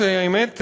האמת,